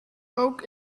oak